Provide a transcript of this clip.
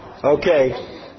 Okay